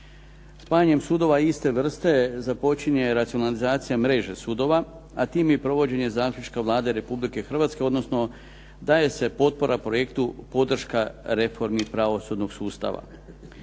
Spajanjem sudova iste vrste započinje racionalizacija mreže sudova, a time i provođenje zaključka Vlade Republike Hrvatske, odnosno daje se potpora projektu "Podrška reformi pravosudnog sustava.